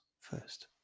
first